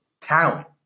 talent